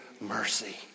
mercy